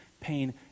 pain